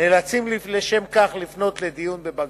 נאלצים לפנות לשם כך לדיון בבג"ץ,